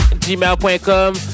gmail.com